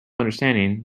understanding